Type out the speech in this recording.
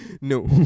No